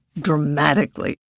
dramatically